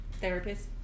therapist